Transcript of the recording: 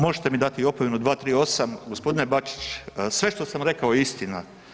Možete mi dati opomenu 238., gospodine Bačić sve što sam rekao je istina.